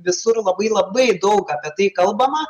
visur labai labai daug apie tai kalbama